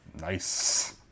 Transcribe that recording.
Nice